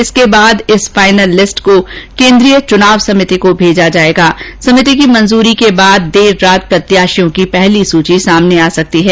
इसके बाद इस फाइनल लिस्ट को केंद्रीय चुनाव समिति को भेजा जाएगा समिति की मंजूरी के बाद देर रात प्रत्याशियों की पहली सूची सामने आ सकती है